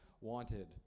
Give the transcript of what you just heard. wanted